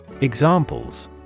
Examples